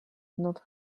not